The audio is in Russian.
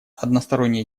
односторонние